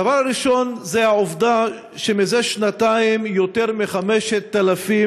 הדבר הראשון זה העובדה שזה שנתיים יותר מ-5,000